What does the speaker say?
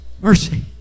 Mercy